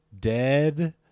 Dead